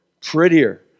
prettier